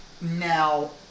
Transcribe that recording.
Now